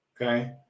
Okay